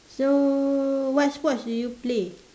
so what sports do you play